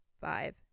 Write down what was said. five